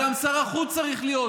גם שר החוץ צריך להיות,